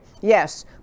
Yes